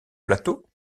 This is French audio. plateau